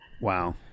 Wow